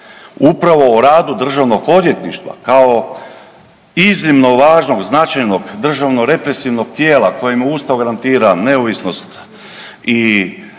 Upravo o radu državnog odvjetništva, kao iznimno važnog, značajnog državno represivnog tijela, kojemu Ustav garantira neovisnost i